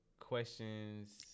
questions